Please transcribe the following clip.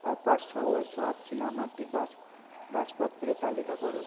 opal সহ সব চীনামাটির বাস বাসপত্রের তালিকা করো